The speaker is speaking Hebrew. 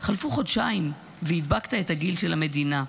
חלפו חודשיים והדבקת את הגיל של המדינה.